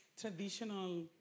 traditional